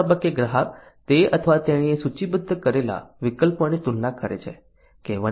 આ તબક્કે ગ્રાહક તે અથવા તેણીએ સૂચિબદ્ધ કરેલા વિકલ્પોની તુલના કરે છે